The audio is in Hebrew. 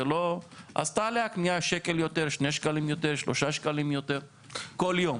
אז תעלה שקל יותר, שניים, שלושה יותר כל יום